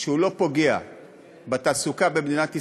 שלא פוגע בתעסוקה במדינת ישראל,